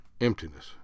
emptiness